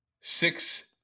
six